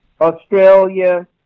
Australia